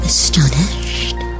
Astonished